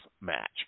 match